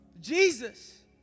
Jesus